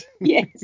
Yes